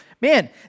man